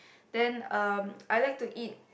then um I like to eat